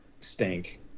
stink